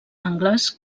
angles